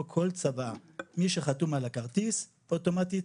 כל צוואה: מי שחתום על הכרטיס אוטומטית